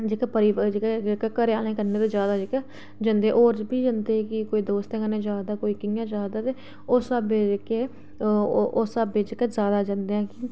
जेह्का जेह्का घरें आह्लें दे कन्नि जेह्का जंदे होर बी जंदे की कोई दोस्तें कन्नै जा दा कोई कियां जा दा ते उस स्हाबे दे जेह्के उस स्हाबे दे जेह्के ज्यादा जंदे ऐं कि